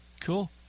Cool